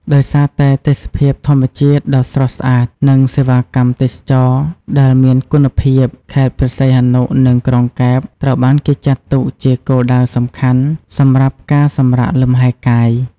ដោយសារតែទេសភាពធម្មជាតិដ៏ស្រស់ស្អាត និងសេវាកម្មទេសចរណ៍ដែលមានគុណភាព ខេត្តព្រះសីហនុ និងក្រុងកែប ត្រូវបានគេចាត់ទុកជាគោលដៅសំខាន់ សម្រាប់ការសម្រាកលំហែកាយ។